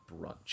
brunch